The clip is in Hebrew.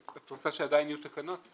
את רוצה שעדיין יהיו תקנות?